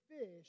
fish